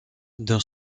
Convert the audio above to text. dans